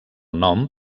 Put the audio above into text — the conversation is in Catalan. nom